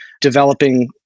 developing